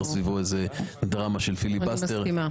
סביבו איזו דרמה של פיליבסטר -- אני מסכימה.